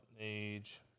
age